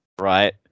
right